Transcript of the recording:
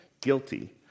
guilty